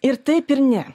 ir taip ir ne